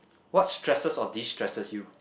what stresses or destresses you